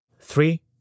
Three